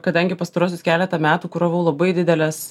kadangi pastaruosius keletą metų kuravau labai dideles